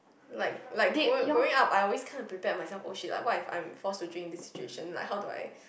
like like go growing up I always kinda prepared myself oh shit like what if I'm forced to drink in this situation like how do I